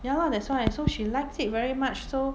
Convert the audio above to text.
ya lah that's why so she likes it very much so